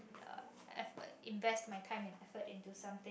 uh effort invest my time and effort into something